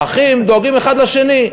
האחים דואגים אחד לשני,